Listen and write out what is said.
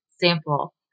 sample